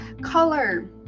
Color